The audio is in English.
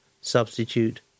substitute